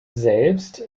selbst